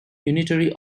unitary